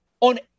on